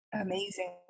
amazing